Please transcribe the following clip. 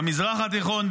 במזרח התיכון,